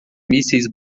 mísseis